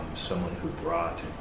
someone who brought